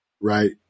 right